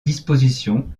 disposition